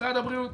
משרד הבריאות,